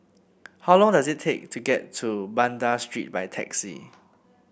how long does it take to get to Banda Street by taxi